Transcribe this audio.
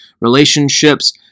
relationships